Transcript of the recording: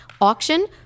auction